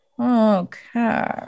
Okay